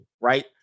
Right